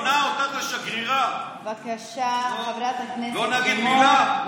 מינה אותך לשגרירה, לא נגיד מילה?